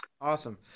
awesome